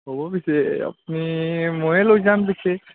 হ'ব পিছে আপুনি ময়ে লৈ যাম পিছে